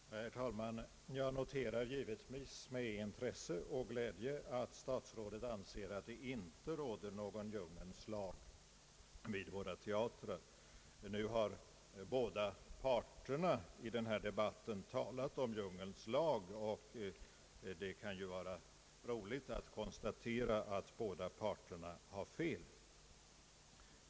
Herr talman! Jag noterar givetvis med intresse och glädje att statsrådet anser att det inte råder någon djungelns lag vid våra teatrar. Nu har båda parterna i den här debatten talat om djungelns lag, och det kan ju vara roligt att konstatera att båda parterna har fel.